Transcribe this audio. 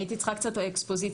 הייתי צריכה קצת את האקספוזיציה.